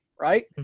right